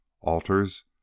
Altars